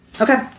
Okay